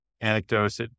anecdotes